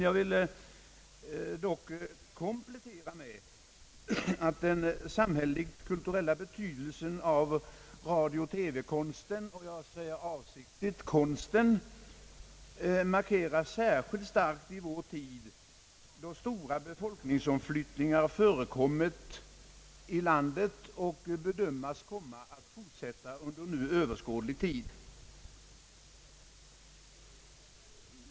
Jag vill dock komplettera med att den samhälleligt-kulturella betydelsen av radio-TV-konsten — jag säger avsiktligt konsten — markeras särskilt starkt i vår tid, då stora befolkningsomflyttningar förekommit i vårt land och bedömes komma att fortsätta under överskådlig tid.